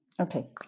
Okay